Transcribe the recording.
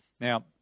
Now